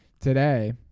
Today